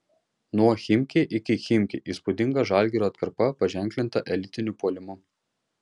nuo chimki iki chimki įspūdinga žalgirio atkarpa paženklinta elitiniu puolimu